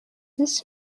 this